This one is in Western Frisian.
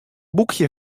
boekje